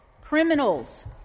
criminals